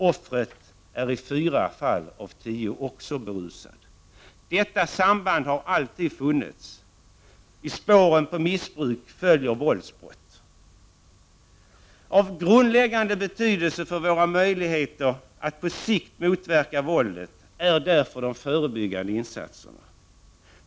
Offret är i fyra fall av tio också berusad. Detta samband har alltid funnits. I spåren på missbruk följer våldsbrott. Av grundläggande betydelse för våra möjligheter att på sikt motverka våldet är därför de förebyggande insatserna.